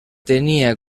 tenia